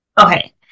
Okay